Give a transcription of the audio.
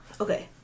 Okay